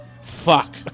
Fuck